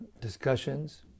discussions